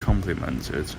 complimented